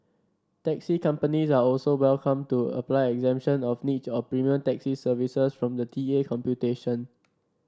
taxi companies are also welcome to apply exemption of niche or premium taxi services from the T A computation